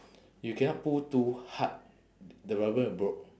you cannot pull too hard the rubber band will broke